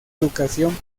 educación